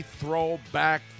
throwback